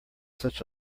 such